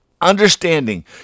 understanding